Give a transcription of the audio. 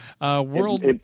World